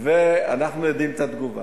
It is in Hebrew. ואנחנו יודעים את התגובה.